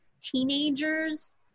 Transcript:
teenagers